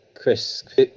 Chris